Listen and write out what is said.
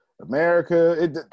America